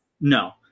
No